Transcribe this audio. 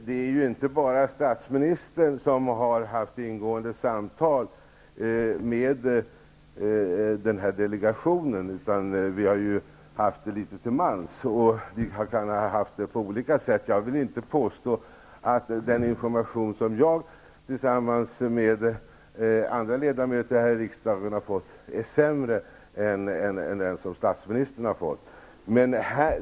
Herr talman! Det är inte bara statsministern som har haft ingående samtal med den här delegationen. Det har vi haft litet till mans. Vi kan ha haft det på olika sätt. Jag vill inte påstå att den information som jag har fått tillsammans med andra ledamöter i riksdagen är sämre än den som statsministern har fått.